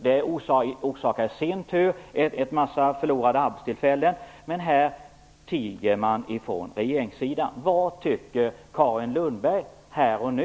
Det orsakar i sin tur en mängd förlorade arbetstillfällen. Men från regeringen tiger man. Vad tycker Carin Lundberg i sak, här och nu?